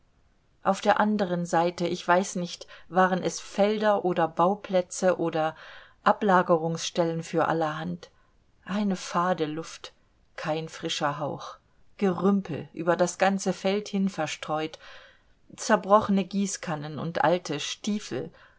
auf der andern seite ich weiß nicht waren es felder oder bauplätze oder ablagerungsstellen für allerhand eine fade luft kein frischer hauch gerümpel über das ganze feld hin verstreut zerbrochene gießkannen und alte stiefel